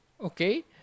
okay